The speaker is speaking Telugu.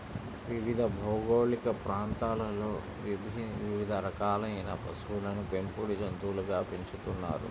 వివిధ భౌగోళిక ప్రాంతాలలో వివిధ రకాలైన పశువులను పెంపుడు జంతువులుగా పెంచుతున్నారు